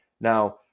Now